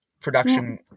production